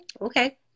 okay